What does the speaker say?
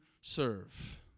serve